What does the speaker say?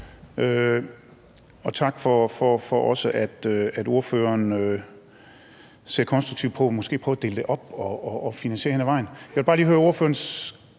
også tak for, at ordføreren ser konstruktivt på måske at prøve at dele det op og finansiere det hen ad vejen.